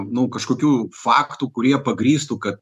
nu kažkokių faktų kurie pagrįstų kad